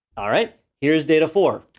all right, here's data four.